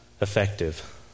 effective